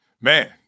Man